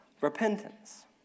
repentance